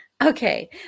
Okay